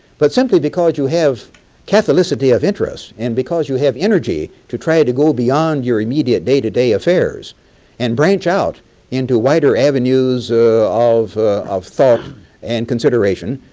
but simply because you have catholicity of interest and because you have energy to try to go beyond your immediate day to day affairs and branch out into wider avenues of of thought and consideration.